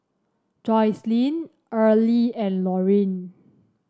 Joycelyn Earlie and Lorine